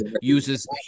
uses